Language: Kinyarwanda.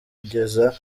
kugeza